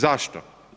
Zašto?